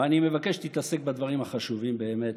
ואני מבקש שתתעסק בדברים החשובים באמת.